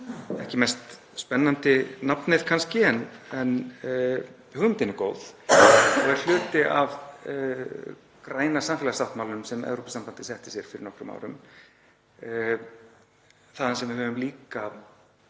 ekki mest spennandi nafnið en hugmyndin er góð og er hluti af græna samfélagssáttmálanum sem Evrópusambandið setti sér fyrir nokkrum árum þaðan sem við höfum líka